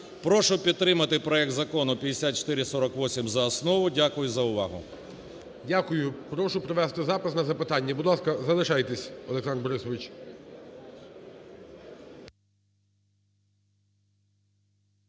Прошу підтримати проект Закону 5448 за основу. Дякую за увагу. ГОЛОВУЮЧИЙ. Дякую. Прошу провести запис на запитання. Будь ласка, залишайтесь Олександр Борисович.